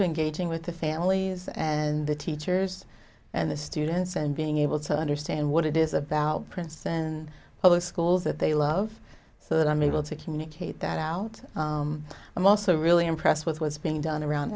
to engaging with the families and the teachers and the students and being able to understand what it is about prince and public schools that they love so that i'm able to communicate that out i'm also really impressed with what's being done around